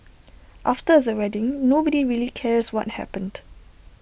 after the wedding nobody really cares what happened